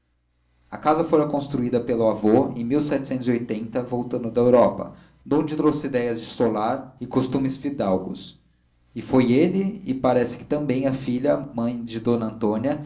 a casa fora construída pelo avô em voltando da europa donde trouxe idéias de solar e costumes fidalgos e foi ele e parece que também a filha mãe de d antônia